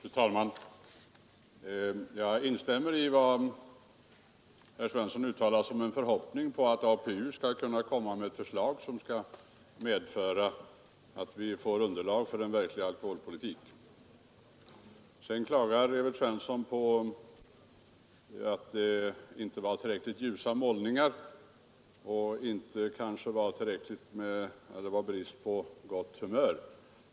Fru talman! Jag instämmer i den förhoppning som herr Svensson i Kungälv uttalade om att APU skall kunna komma med ett förslag som skall medföra att vi får underlag för en verkligt adekvat alkoholpolitik. Herr Svensson klagar över att det inte var tillräckligt ljusa målningar av den problematik vi behandlar och att det rådde brist på gott humör.